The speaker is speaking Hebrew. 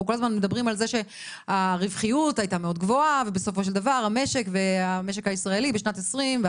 אנחנו מדברים על הרווחיות הגדולה שהייתה בשנת 2021,